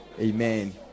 Amen